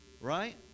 right